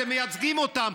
שהם מייצגים אותם,